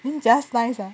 then just nice ah